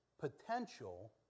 potential